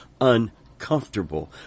uncomfortable